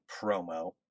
promo